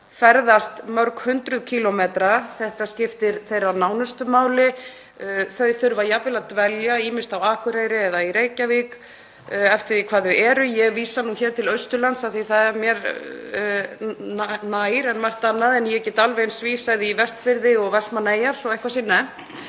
ferðast mörg hundruð kílómetra. Þetta skiptir þeirra nánustu máli. Þau þurfa jafnvel að dvelja ýmist á Akureyri eða í Reykjavík eftir því hvar þau eru. Ég vísa hér til Austurlands af því það er mér nær en margt annað en ég get alveg eins vísað í Vestfirði og Vestmannaeyjar, svo að eitthvað sé